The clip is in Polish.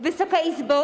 Wysoka Izbo!